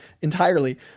entirely